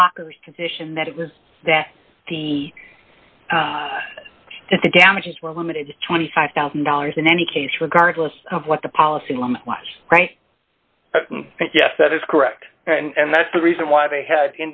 flock of condition that it was that the damages were limited to twenty five thousand dollars in any case regardless of what the policy was yes that is correct and that's the reason why they had